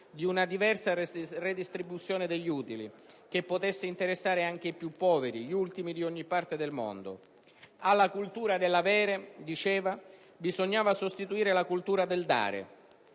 di una diversa redistribuzione degli utili, che potesse interessare anche i più poveri, gli ultimi di ogni parte del mondo. Alla cultura dell'avere - diceva - bisognava sostituire la cultura del dare.